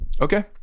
Okay